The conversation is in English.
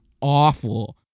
awful